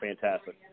fantastic